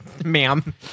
Ma'am